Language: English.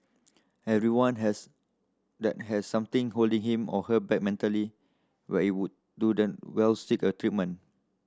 everyone has that has something holding him or her back mentally where it would do them well seek a treatment